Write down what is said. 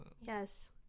yes